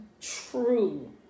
True